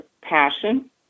passion